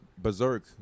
berserk